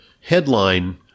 Headline